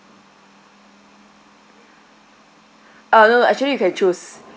uh no no actually you can choose